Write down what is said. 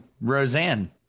Roseanne